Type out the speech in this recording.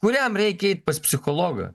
kuriam reikia eit pas psichologą